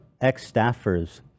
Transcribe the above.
ex-staffers